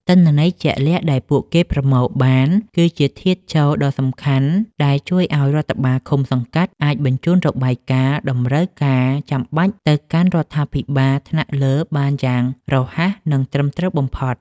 ទិន្នន័យជាក់លាក់ដែលពួកគេប្រមូលបាន គឺជាធាតុចូលដ៏សំខាន់ដែលជួយឱ្យរដ្ឋបាលឃុំ-សង្កាត់ អាចបញ្ជូនរបាយការណ៍តម្រូវការចាំបាច់ទៅកាន់រដ្ឋាភិបាលថ្នាក់លើបានយ៉ាងរហ័ស និងត្រឹមត្រូវបំផុត។